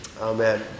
Amen